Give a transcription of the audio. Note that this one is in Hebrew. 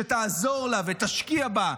שתעזור לה ותשקיע בה,